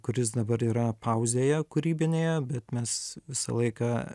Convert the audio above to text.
kuris dabar yra pauzėje kūrybinėje bet mes visą laiką